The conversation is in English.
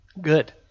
Good